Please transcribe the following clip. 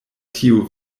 tiu